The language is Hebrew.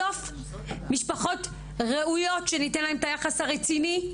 בסוף משפחות ראויות שניתן להן יחס רציני,